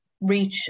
reach